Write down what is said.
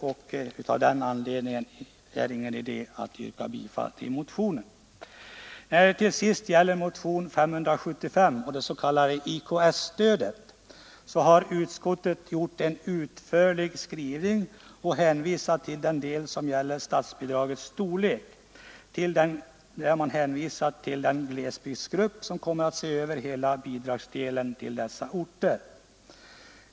När det till sist gäller motionen 575 och det s.k. IKS-stödet — IKS betyder intensifierad kommunal sysselsättning — har utskottet gjort en utförlig skrivning och hänvisat den del som gäller statsbidragets storlek till den glesbygdsgrupp som kommer att se över hela frågan vad det gäller bidragen till dessa orter.